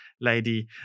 lady